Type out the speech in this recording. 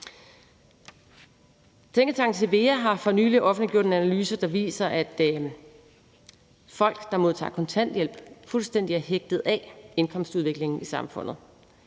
Tænketanken Cevea har for nylig offentliggjort en analyse, der viser, at folk, der modtager kontanthjælp, fuldstændig er hægtet af indkomstudviklingen i samfundet.